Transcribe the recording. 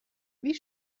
wie